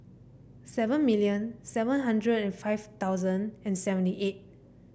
seven million seven hundred and five thousand and seventy eight